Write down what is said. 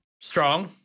Strong